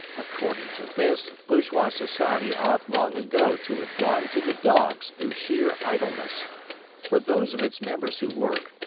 according to this, bourgeois society ought long ago to have gone to the dogs through sheer idleness for those of its members who work,